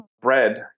bread